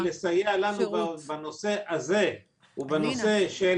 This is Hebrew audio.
אם הוועדה תוכל לסייע לנו בנושא הזה ובנושא של